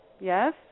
yes